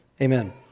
amen